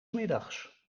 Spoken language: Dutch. middags